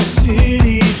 city